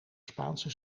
spaanse